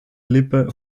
lippe